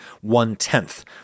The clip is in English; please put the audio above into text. one-tenth